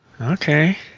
Okay